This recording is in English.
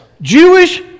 Jewish